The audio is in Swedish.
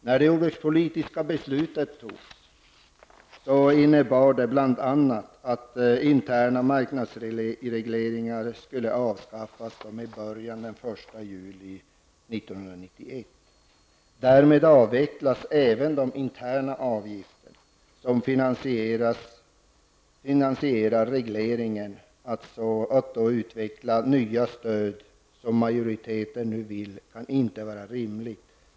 När det jordbrukspolitiska beslutet togs innebar det bl.a. att de interna marknadsregleringarna skulle avskaffas med början den 1 juli 1991. Därmed avvecklas även de interna avgifter som finansierar regleringen. Att då utveckla nya stöd som majoriteten nu vill kan inte vara rimligt.